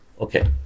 Okay